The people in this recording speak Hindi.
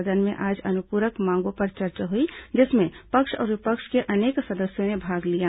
सदन में आज अनुपूरक मांगों पर चर्चा हुई जिसमें पक्ष और विपक्ष के अनेक सदस्यों ने भाग लिया